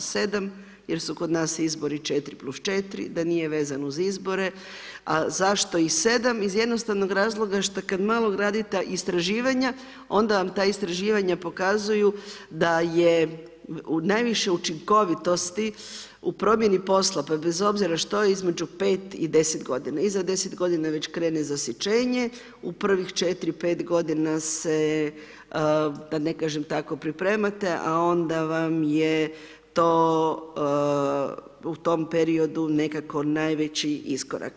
Jer su kod nas izbori 4+4, da nije vezano uz izbore a zašto i 7 iz jednostavnog razloga što kada malo radite istraživanja onda vam ta istraživanja pokazuju da je najviše učinkovitosti u promjeni posla pa bez obzira što je između 5 i 10 godina, iza 10 godina već krene zasićenje, u prvih 4, 5 godina se da ne kažem tako pripremate a onda vam je to u tom periodu nekako najveći iskorak.